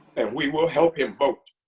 and we will help him vote.